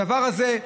הדבר הזה,